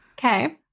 Okay